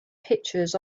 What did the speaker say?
pictures